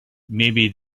maybe